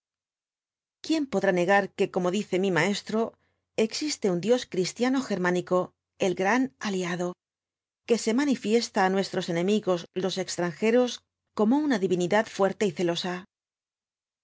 quién podrá negar que como dice mi maestro existe un dios cristiano germánico el gran aliado que se manifiesta á nuestros enemigos los extranjeros como una divinidad fuerte y celosa